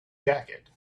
jacket